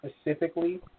specifically